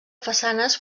façanes